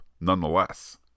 nonetheless